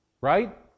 right